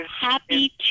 happy